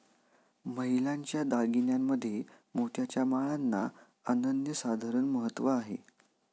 महिलांच्या दागिन्यांमध्ये मोत्याच्या माळांना अनन्यसाधारण महत्त्व आहे